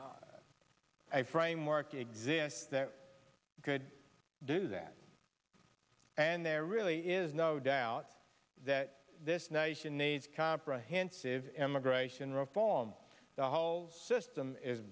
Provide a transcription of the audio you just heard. a framework exists that we could do that and there really is no doubt that this nation needs comprehensive immigration reform the holes system is